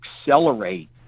accelerate